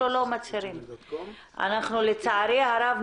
לצערי הרב,